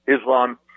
Islam